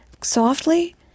softly